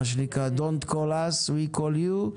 מה שנקרא: Don't call us, We call you.